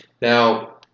Now